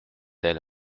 elle